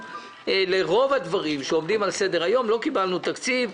אבל ברוב הדברים שעומדים על סדר היום לא קיבלנו תקציב,